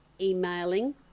emailing